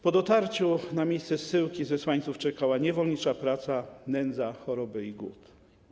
Po dotarciu na miejsce zsyłki zesłańców czekała niewolnicza praca, nędza, choroby i głód.